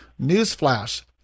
newsflash